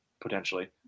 potentially